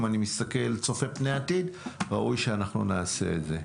אם אני צופה פני עתיד, ראוי שאנחנו נעשה את זה.